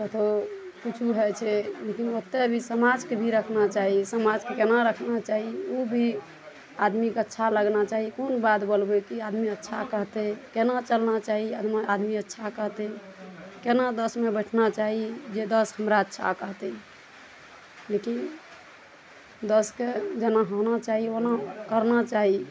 कतहु किछु भए जाइ छै लेकिन ओत्तए भी समाजके भी रखना चाही समाजके केना रखना चाही ओ भी आदमीके अच्छा लगना चाही कोन बात बोलबै की आदमी अच्छा कहतै केना चलना चाही आदमी अच्छा कहतै केना दसमे बैठना चाही जे दस हमरा अच्छा कहतै लेकिन दसके जेना होना चाही ओना करना चाही